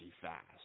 fast